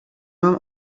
mam